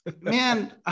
man